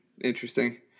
Interesting